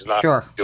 Sure